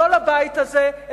לא לבית הזה,